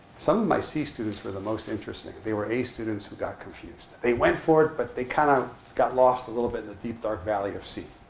some of my c students were the most interesting. they were a students who got confused. they went for it. but they kind of got lost a little bit in the deep, dark valley of c.